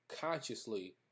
consciously